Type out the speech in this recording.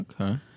Okay